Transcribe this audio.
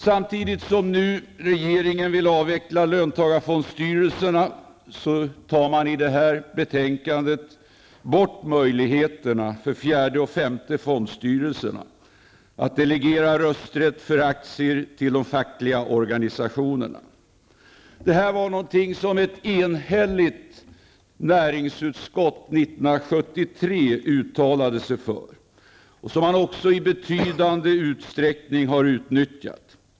Samtidigt som regeringen nu vill avveckla löntagarfondsstyrelserna, tar man i det här betänkandet bort möjligheterna för fjärde och femte fondstyrelserna att delegera rösträtt för aktier till de fackliga organisationerna -- något som ett enhälligt näringsutskott 1973 uttalade sig för, och som man också i betydande utsträckning har utnyttjat.